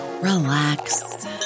relax